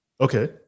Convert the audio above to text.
Okay